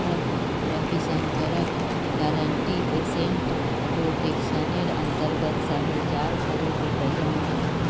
रविशंकरक guaranteed asset प्रोटेक्शनेर अंतर्गत साढ़े चार करोड़ रुपया मिल ले